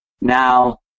Now